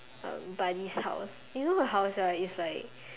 um buddy's house you know her house right is like